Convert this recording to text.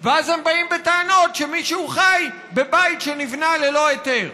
ואז הם באים בטענות שמישהו חי בבית שנבנה ללא היתר.